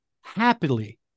happily